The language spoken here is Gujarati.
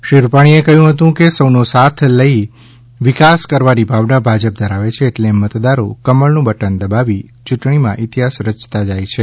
શ્રી રૂપાણી એ કહ્યું હતું કે સૌનો સાથ લઈ વિકાસ કરવાની ભાવના ભાજપ ધરાવે છે એટલે મતદારો કમળનું બટન દબાવી ચૂંટણીમાં ઈતિહાસ રચતા જાય છે